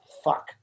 Fuck